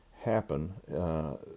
happen